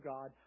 God